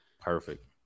Perfect